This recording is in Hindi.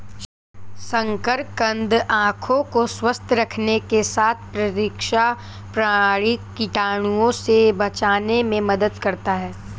शकरकंद आंखों को स्वस्थ रखने के साथ प्रतिरक्षा प्रणाली, कीटाणुओं से बचाने में मदद करता है